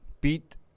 beat